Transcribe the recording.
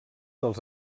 dels